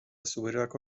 zuberoako